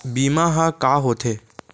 बीमा ह का होथे?